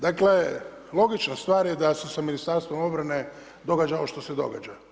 Dakle, logična stvar je da se u Ministarstvo obrane događa ovo što se događa.